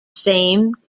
same